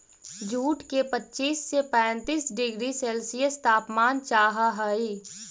jute के पच्चीस से पैंतीस डिग्री सेल्सियस तापमान चाहहई